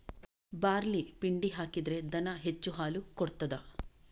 Barley ಪಿಂಡಿ ಹಾಕಿದ್ರೆ ದನ ಹೆಚ್ಚು ಹಾಲು ಕೊಡ್ತಾದ?